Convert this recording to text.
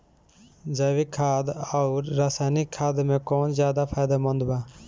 जैविक खाद आउर रसायनिक खाद मे कौन ज्यादा फायदेमंद बा?